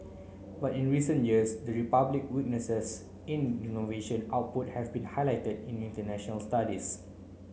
but in recent years the Republic weaknesses in innovation output have been highlighted in international studies